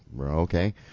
okay